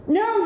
no